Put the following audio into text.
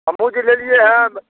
हम बुझि लेलिए हँ